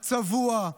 הצבוע,